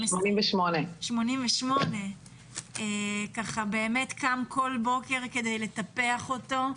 87, קם כל בוקר כדי לטפח אותו.